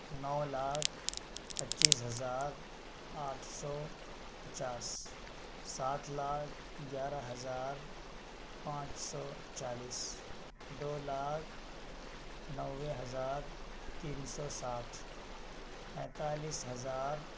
نو لاکھ پچیس ہزار آٹھ سو پچاس سات لاکھ گیارہ ہزار پانچ سو چالیس دو لاکھ نوے ہزار تین سو ساٹھ پینتالیس ہزار